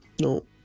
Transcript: No